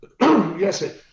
Yes